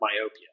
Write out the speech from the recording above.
myopia